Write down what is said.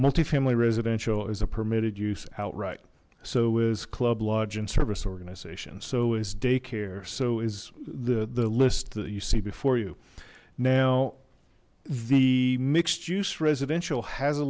multi family residential is a permitted use outright so is club lodge and service organization so is daycare so is the the list that you see before you now the mixed juice residential has a